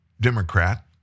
Democrat